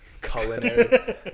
culinary